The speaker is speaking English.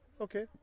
Okay